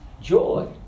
joy